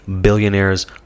billionaires